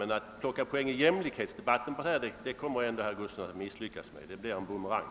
Men att plocka poäng i jämlikhetsdebatten genom detta kommer ändå herr Gustavsson att misslyckas med. Det blir en bumerang.